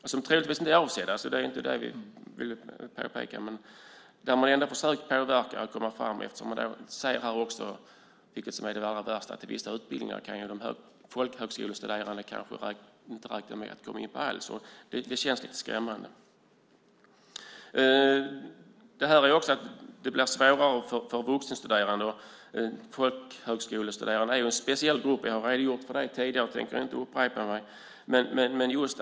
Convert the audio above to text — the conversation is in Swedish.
De är troligtvis inte avsedda, så det är inte det vi vill påpeka. Man har ändå försökt påverka när det gäller att komma fram här, eftersom man också ser, vilket är det allra värsta, att de folkhögskolestuderande kanske inte alls kan räkna med att komma in på vissa utbildningar. Det känns lite skrämmande. Det här gör också att det blir svårare för vuxenstuderande. Folkhögskolestuderande är ju en speciell grupp. Jag har redogjort för det tidigare och tänker inte upprepa mig.